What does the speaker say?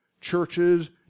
churches